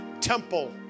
temple